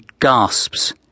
gasps